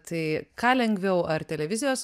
tai ką lengviau ar televizijos